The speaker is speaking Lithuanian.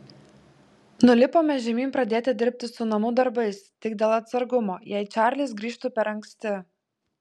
nulipome žemyn pradėti dirbti su namų darbais tik dėl atsargumo jei čarlis grįžtų per anksti